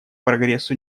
прогрессу